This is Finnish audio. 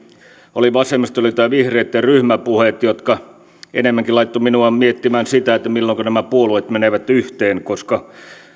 oli vasemmistoliiton ja vihreitten ryhmäpuheet jotka enemmänkin laittoivat minut miettimään sitä milloinka nämä puolueet menevät yhteen koska